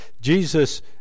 Jesus